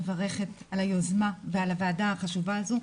מברכת על היוזמה ועל הוועדה החשובה הזו.